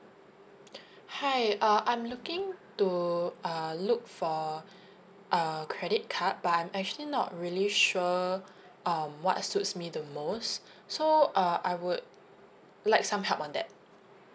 hi uh I'm looking to err look for err credit card but I'm actually not really sure um what suits me the most so uh I would like some help on that